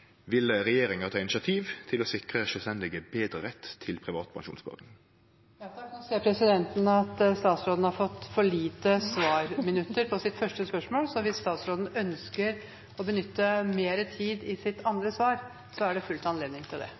Vil regjeringa ta initiativ til å sikre sjølvstendig næringsdrivande betre rett til privat pensjonssparing? Nå ser presidenten at statsråden fikk for få minutter til å svare på første spørsmål, så hvis statsråden ønsker å benytte mer tid i sitt andre svar, er det full anledning til det.